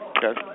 Okay